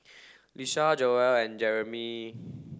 Lisha Joell and Jerimy